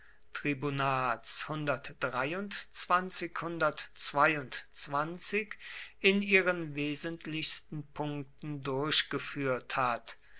tribunats in ihren wesentlichsten punkten durchgeführt hat